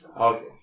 Okay